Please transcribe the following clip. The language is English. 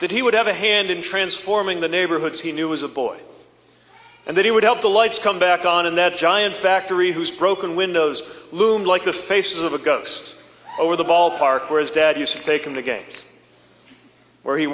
that he would have a hand in transforming the neighborhoods he knew was a boy and that he would help the lights come back on in that giant factory whose broken windows loom like the face of a ghost over the ballpark where his dad used to take him again where he